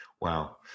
Wow